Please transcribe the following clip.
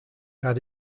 had